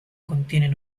contienen